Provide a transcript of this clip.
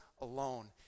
alone